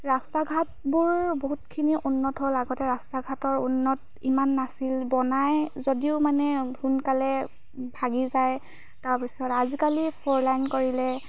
ৰাস্তা ঘাটবোৰ বহুতখিনি উন্নত হ'ল আগতে ৰাস্তা ঘাটৰ উন্নত ইমান নাছিল বনায় যদিও মানে সোনকালে ভাগি যায় তাৰ পিছত আজিকালি ফ'ৰ লাইন কৰিলে